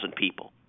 people